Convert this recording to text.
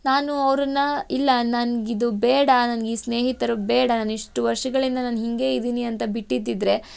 ನಾನು ಅವ್ರನ್ನ ಇಲ್ಲ ನನಗಿದು ಬೇಡ ನಂಗೆ ಈ ಸ್ನೇಹಿತರು ಬೇಡ ನಾನು ಇಷ್ಟು ವರ್ಷಗಳಿಂದ ನಾನು ಹೀಗೇ ಇದ್ದೀನಿ ಅಂತ ಬಿಟ್ಟಿದ್ರೆ